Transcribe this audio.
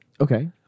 Okay